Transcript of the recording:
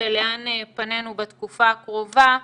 ולאן פנינו בתקופה הקרובה.